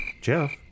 Jeff